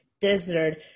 desert